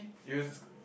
years